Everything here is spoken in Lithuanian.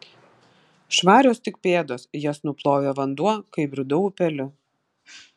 švarios tik pėdos jas nuplovė vanduo kai bridau upeliu